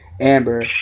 Amber